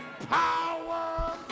Power